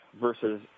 versus